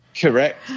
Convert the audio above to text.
Correct